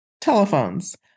telephones